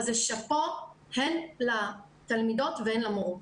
זה שאפו הן לתלמידות והן למורות.